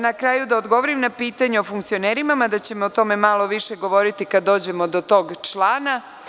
Na kraju da odgovorim na pitanje o funkcionerima, mada ćemo o tome malo više govoriti kada dođemo do tog člana.